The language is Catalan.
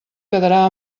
quedarà